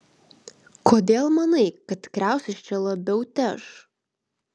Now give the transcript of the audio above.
kodėl manai kad kriaušės čia labiau teš